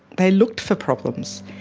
they looked for problems,